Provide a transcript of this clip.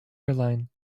airline